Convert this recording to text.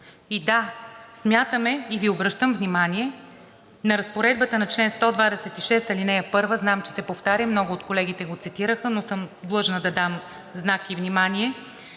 И, да, смятам и Ви обръщам внимание на разпоредбата на чл. 126, ал. 1. Знам, че се повтарям, и много от колегите го цитираха, но съм длъжна да дам знак и внимание